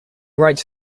writes